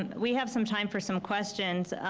and we have some time for some questions,